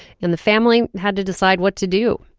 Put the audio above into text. and the family had to decide what to do